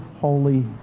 holy